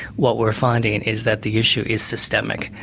what we're finding is that the issue is systemic.